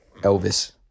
Elvis